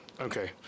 Okay